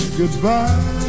goodbye